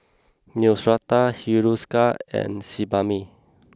Neostrata Hiruscar and Sebamed